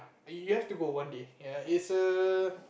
you have to go one day ya it's a